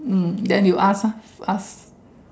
um then you ask ah you ask